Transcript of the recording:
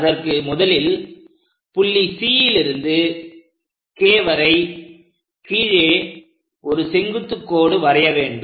அதற்கு முதலில் புள்ளி C லிருந்து K வரை கீழே ஒரு செங்குத்து கோடு வரைய வேண்டும்